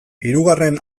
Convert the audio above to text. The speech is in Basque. hirugarren